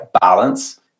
balance